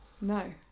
No